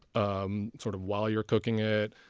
um sort of while you're cooking it,